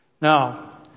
Now